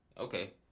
okay